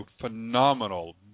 phenomenal